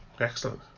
Excellent